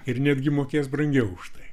ir netgi mokės brangiau už tai